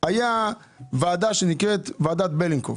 הייתה ועדת בלינקוב